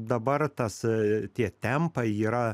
dabar tas tie tempai yra